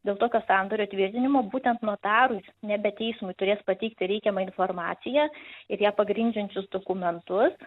dėl tokio sandorio tvirtinimo būtent notarui nebe teismui turės pateikti reikiamą informaciją ir ją pagrindžiančius dokumentus